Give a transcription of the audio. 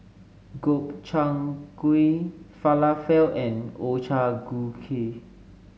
Gobchang Gui Falafel and Ochazuke